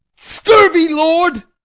scurvy lord!